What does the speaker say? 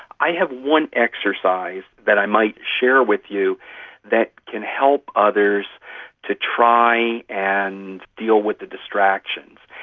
i have one exercise that i might share with you that can help others to try and deal with the distractions.